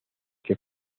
que